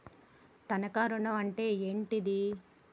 తనఖా ఋణం అంటే ఏంటిది?